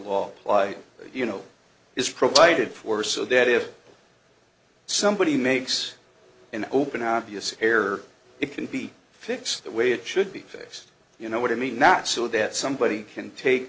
applied you know is provided for so that if somebody makes an open obvious error it can be fixed that way it should be fixed you know what i mean not so that somebody can take